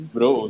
Bro